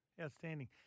Outstanding